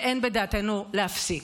ואין בדעתנו להפסיק.